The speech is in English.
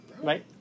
right